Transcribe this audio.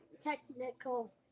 technical